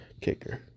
kicker